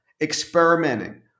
experimenting